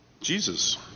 Jesus